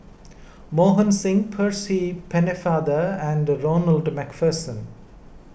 Mohan Singh Percy Pennefather and Ronald MacPherson